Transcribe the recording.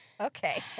Okay